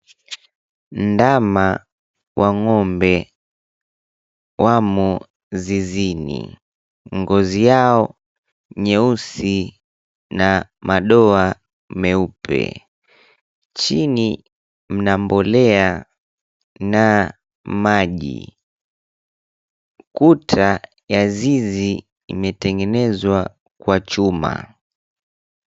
Ndama wa ng'ombe wamo zizini, ngozi yao nyeusi na madoa meupe, chini mna mbolea na maji. Kuta ya zizi imetengenezwa kwa chuma.